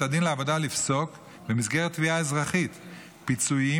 הדין לעבודה לפסוק במסגרת תביעה אזרחית פיצויים,